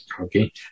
Okay